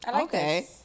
okay